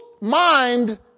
mind